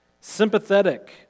sympathetic